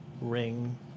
Ring